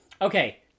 Okay